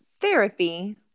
therapy